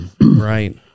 right